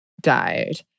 died